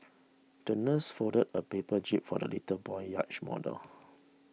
the nurse folded a paper jib for the little boy's yacht model